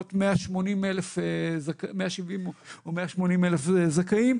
בסביבות 170 או 180 אלף זכאים,